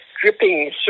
dripping